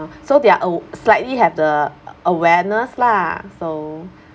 so they are aw~ slightly have the awareness lah so